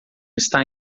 está